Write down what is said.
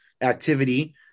activity